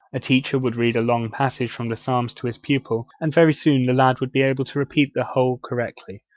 a teacher would read a long passage from the psalms to his pupil, and very soon the lad would be able to repeat the whole correctly,